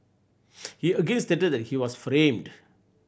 he again stated that he was framed